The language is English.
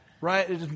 right